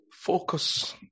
focus